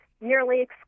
nearly